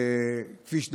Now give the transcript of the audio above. כביש דמים.